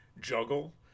juggle